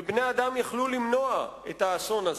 ובני-אדם היו יכולים למנוע את האסון הזה,